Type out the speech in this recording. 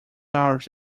hours